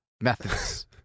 methods